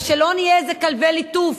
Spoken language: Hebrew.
ושלא נהיה איזה כלבי ליטוף